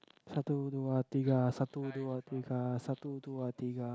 Satu Dua Tiga Satu Dua Tiga Satu Dua Tiga